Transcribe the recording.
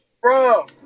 Bro